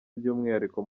by’umwihariko